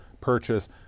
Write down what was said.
purchase